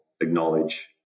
acknowledge